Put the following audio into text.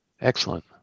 Excellent